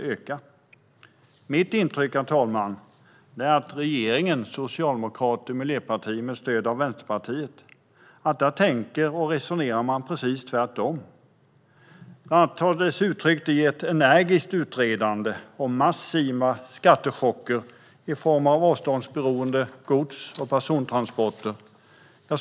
Mitt intryck, herr talman, är att regeringen - Socialdemokraterna och Miljöpartiet med stöd av Vänsterpartiet - tänker och resonerar precis tvärt-om. Det tar sig uttryck i bland annat ett energiskt utredande av massiva skattechocker på avståndsberoende gods och persontransporter.